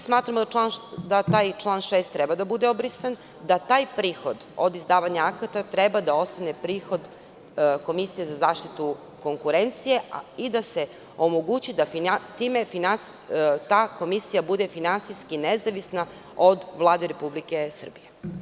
Smatramo da taj član 6. treba da bude obrisan, da taj prihod od izdavanja akata treba da ostane prihod Komisije za zaštitu konkurencije i da se omogući da ta komisija bude finansijski nezavisna od Vlade Republike Srbije.